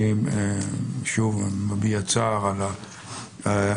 אני מביע צער על האיחור.